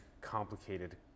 complicated